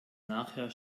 nachher